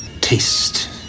taste